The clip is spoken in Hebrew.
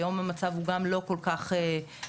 היום המצב הוא גם לא כל כך אופטימלי,